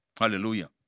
Hallelujah